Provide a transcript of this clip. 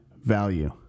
value